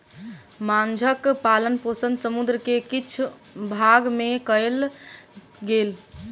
माँछक पालन पोषण समुद्र के किछ भाग में कयल गेल